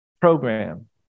program